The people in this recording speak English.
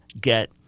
get